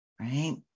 right